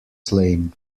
slain